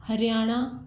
Haryana